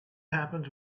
happens